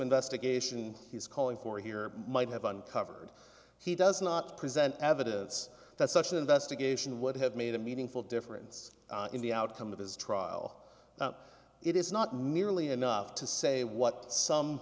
investigation he's calling for here might have uncovered he does not present evidence that such an investigation would have made a meaningful difference in the outcome of his trial it is not nearly enough to say what some